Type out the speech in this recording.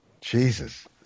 Jesus